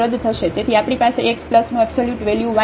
તેથી આપણી પાસે x નું એબ્સોલ્યુટ વેલ્યુ y છે